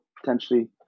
potentially